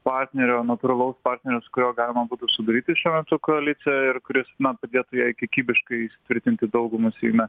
partnerio natūralaus partnerio su kuriuo galima būtų sudaryti šiuo metu koaliciją ir kuris na padėtų jai kiekybiškai įsitvirtinti daugumą seime